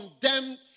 condemned